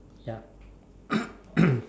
ya